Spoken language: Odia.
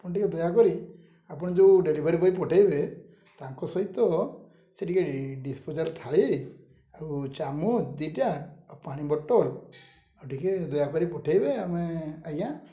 ଆପଣ ଟିକେ ଦୟାକରି ଆପଣ ଯେଉଁ ଡେଲିଭରି ବଏ ପଠାଇବେ ତାଙ୍କ ସହିତ ସେ ଟିକେ ଡିସପୋଜାଲ୍ ଥାଳି ଆଉ ଚାମୁ ଦୁଇଟା ଆଉ ପାଣି ବଟଲ୍ ଆଉ ଟିକେ ଦୟାକରି ପଠାଇବେ ଆମେ ଆଜ୍ଞା